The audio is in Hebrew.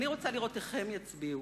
אני רוצה לראות איך הם יצביעו.